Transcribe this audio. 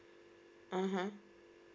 mmhmm